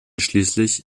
schließlich